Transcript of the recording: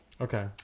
Okay